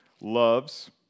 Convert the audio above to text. loves